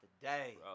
today